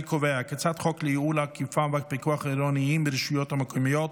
אני קובע כי הצעת חוק לייעול האכיפה והפיקוח העירוניים ברשויות המקומיות